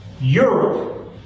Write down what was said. Europe